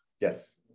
Yes